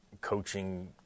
coaching